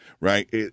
right